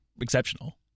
exceptional